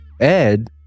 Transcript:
Ed